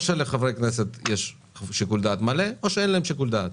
או שלחברי כנסת יש שיקול דעת מלא או שאין להם שיקול דעת.